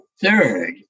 third